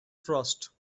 frost